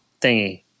thingy